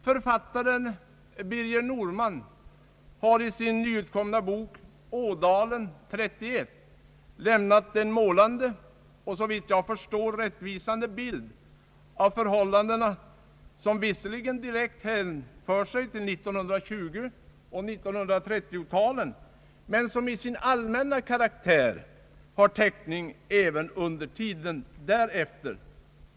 Författaren Birger Norman har i sin nyutkomna bok »Ådalen 31» lämnat en målande och såvitt jag förstår rättvisande bild av förhållandena, som visserligen direkt hänför sig till 1920 och 1930-talen men som i sin allmänna karaktär har täckning även under tiden därefter.